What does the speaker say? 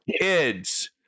kids